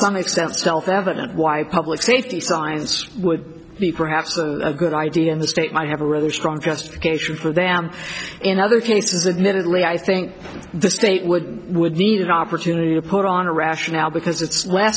extent self evident why public safety signs would be perhaps a good idea in the state might have a really strong justification for them in other cases and minutely i think the state would would need an opportunity to put on a rationale because it's